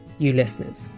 you listeners,